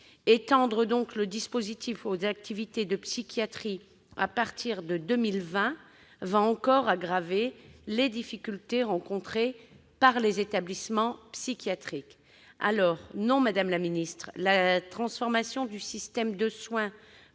Étendre l'IFAQ aux activités de psychiatrie à partir de 2020 aggravera encore les difficultés rencontrées par les établissements psychiatriques. Alors non, madame la ministre, la transformation du système de soins que vous